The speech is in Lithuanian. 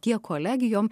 tiek kolegijom